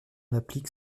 applique